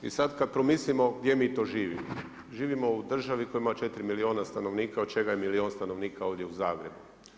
I sada kada promislimo gdje mi to živimo, živimo u državi koja ima 4 milijuna stanovnika od čega je milijun stanovnika ovdje u Zagrebu.